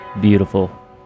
Beautiful